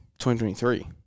2023